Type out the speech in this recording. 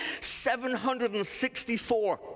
764